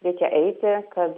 reikia eiti kad